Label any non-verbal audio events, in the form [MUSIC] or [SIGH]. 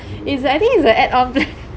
is I think is the add-on [LAUGHS]